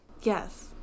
Yes